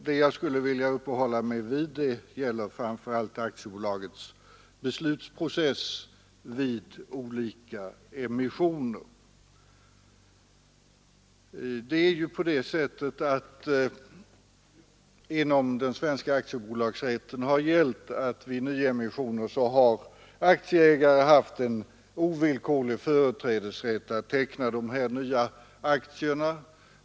Vad jag skulle vilja uppehålla mig vid Torsdagen den gäller framför allt aktiebolagets beslutsprocess vid olika emissioner. 24 maj 1973 Inom den svenska aktiebolagsrätten har ju gällt att vid nyemissioner har aktieägare haft en ovillkorlig företrädesrätt att teckna de nya aktierna.